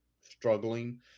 struggling